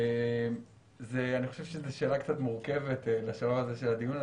זאת שאלה קצת מורכבת לשלב הזה של הדיון.